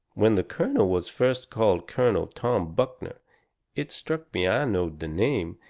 when the colonel was first called colonel tom buckner it struck me i knowed the name,